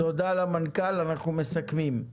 תודה למנכ"ל, אנחנו מסכמים.